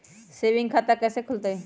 Saving खाता कैसे खुलतई?